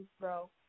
bro